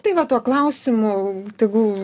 tai va tuo klausimu tegu